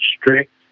strict